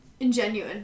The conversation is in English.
ingenuine